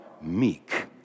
meek